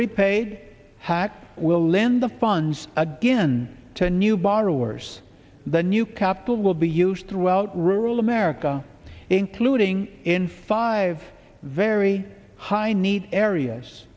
repaid hack will lend the funds again to new borrowers the new capital will be huge throughout rural america including in five very high needs areas